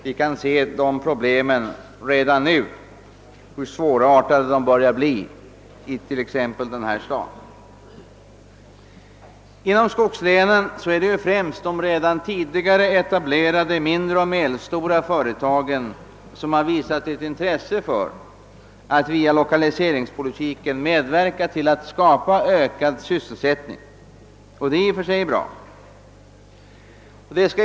Vi kan redan nu se hur svårartade de börjar bli i t.ex. Stockholm. Inom skogslänen är det främst de redan tidigare etablerade mindre och medelstora företagen som visat intresse för att via lokaliseringspolitiken medverka till att skapa ökad sysselsättning. Detta är i och för sig mycket bra.